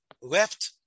left